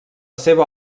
seva